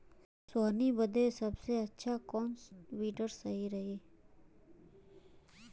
सोहनी बदे सबसे अच्छा कौन वीडर सही रही?